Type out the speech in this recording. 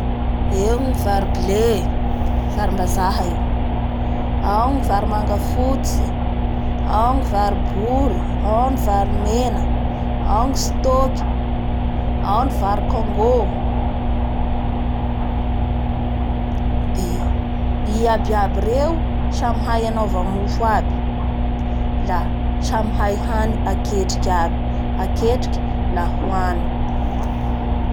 Eo ny vary Blé mbazaha io, ao ny managafotsy, ao ny vary bory, ao ny vary mena, ao ny stock ao ny vary congo, ee i abiabay reo, samy hay anaova mofo aby, a samy hay hany aketriky aby, aketriky la hoany.